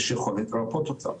יש דרך לרפא אותה,